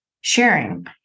sharing